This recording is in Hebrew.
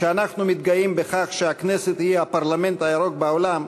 כשאנחנו מתגאים בכך שהכנסת היא הפרלמנט הירוק בעולם,